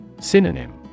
Synonym